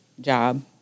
job